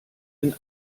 den